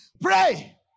Pray